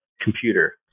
Computer